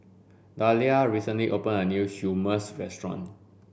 Dalia recently open a new Hummus restaurant